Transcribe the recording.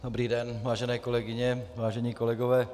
Dobrý den, vážené kolegyně, vážení kolegové.